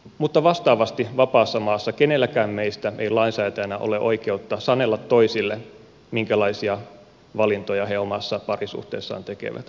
mutta vastaavasti vapaassa maassa kenelläkään meistä ei lainsäätäjänä ole oikeutta sanella toisille minkälaisia valintoja he omassa parisuhteessaan tekevät